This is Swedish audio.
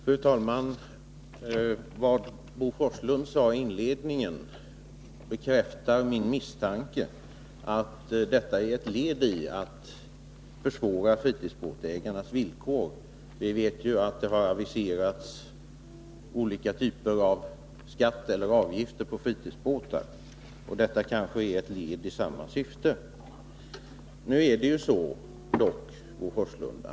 Fru talman! Vad Bo Forslund sade i inledningen bekräftar min misstanke om att propositionen är ett led i att göra det svårare för fritidsbåtsägarna. Vi vet ju att det har aviserats skatt eller avgift på fritidsbåtar. Detta är kanske ett led i strävandena åt samma håll.